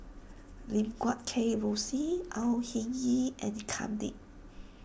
Lim Guat Kheng Rosie Au Hing Yee and Kam Ding